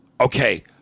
Okay